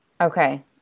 Okay